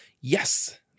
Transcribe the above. Yes